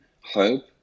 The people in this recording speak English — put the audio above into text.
hope